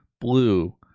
Blue